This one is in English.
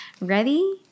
Ready